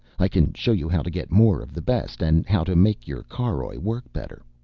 i can show you how to get more of the best, and how to make your caroj work better.